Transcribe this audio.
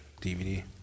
DVD